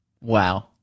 Wow